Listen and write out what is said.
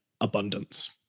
abundance